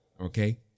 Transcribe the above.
okay